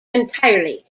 entirely